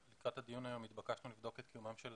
לקראת הדיון היום נתבקשנו לבדוק את קיומם של